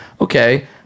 okay